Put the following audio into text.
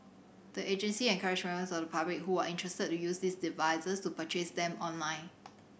the agency encouraged members of the public who are interested to use these devices to purchase them online